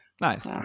Nice